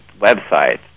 websites